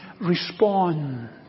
respond